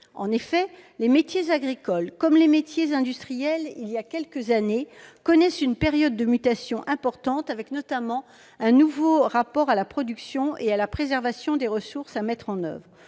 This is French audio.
En effet, les métiers agricoles, comme les métiers industriels voilà quelques années, connaissent une période de mutations importantes, avec notamment un nouveau rapport à la production et à la préservation des ressources à mettre en oeuvre.